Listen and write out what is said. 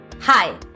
Hi